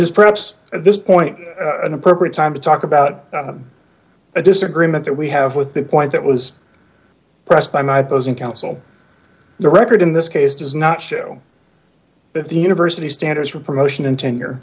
is perhaps at this point an appropriate time to talk about a disagreement that we have with the point that was pressed by my bosun counsel the record in this case does not show that the university's standards for promotion and tenure